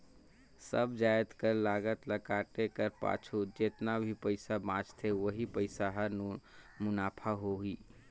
सब जाएत कर लागत ल काटे कर पाछू जेतना भी पइसा बांचथे ओही पइसा हर मुनाफा होही